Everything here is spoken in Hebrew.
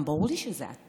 וגם ברור לי שזה העתיד.